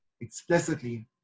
explicitly